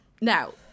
Now